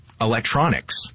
electronics